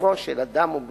בגופו של אדם או בבריאותו.